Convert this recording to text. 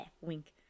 wink